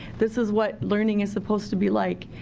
this is what learning is supposed to be like.